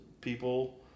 people